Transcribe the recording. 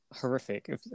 horrific